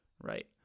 right